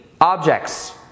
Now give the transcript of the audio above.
objects